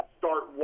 start